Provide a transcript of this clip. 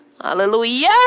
Hallelujah